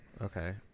Okay